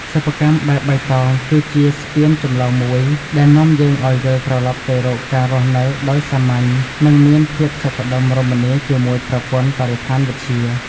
សិប្បកម្មបែបបៃតងគឺជាស្ពានចម្លងមួយដែលនាំយើងឱ្យវិលត្រឡប់ទៅរកការរស់នៅដោយសាមញ្ញ និង មានភាពសុខដុមរមនាជាមួយប្រព័ន្ធបរិស្ថានវិទ្យា។